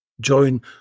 Join